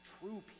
true